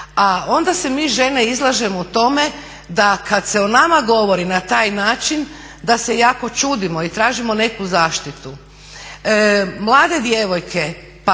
A onda se mi žene izlažemo tome da kad se o nama govori na taj način da se jako čudimo i tražimo neku zaštitu.